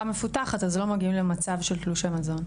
מפותחת אז לא מגיעים למצב של תלושי מזון.